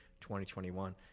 2021